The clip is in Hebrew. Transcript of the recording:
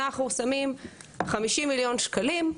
אנחנו שמים 50 מיליון שקלים,